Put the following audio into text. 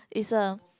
is a